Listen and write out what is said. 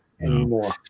anymore